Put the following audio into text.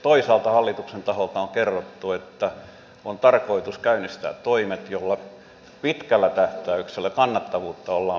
toisaalta hallituksen taholta on kerrottu että on tarkoitus käynnistää toimet joilla pitkällä tähtäyksellä kannattavuutta ollaan parantamassa